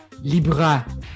libra